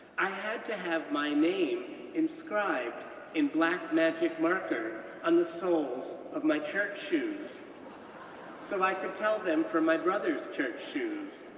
i had to have my name inscribed in black magic marker on the soles of my church shoes so i could tell them from my brothers' church shoes.